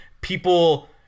people